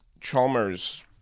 Chalmers